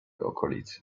okolicy